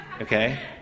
Okay